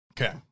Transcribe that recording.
Okay